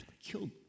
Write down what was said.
killed